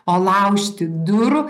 o laužti durų